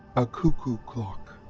a cuckoo clock.